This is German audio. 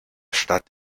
stadt